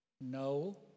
No